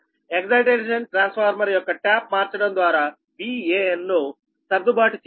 excitation transformer యొక్క tap మార్చడం ద్వారా Van ను సర్దుబాటు చేయవచ్చు